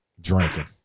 drinking